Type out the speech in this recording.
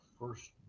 first